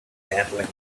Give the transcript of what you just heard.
natlink